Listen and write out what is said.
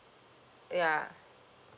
ya